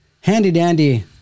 handy-dandy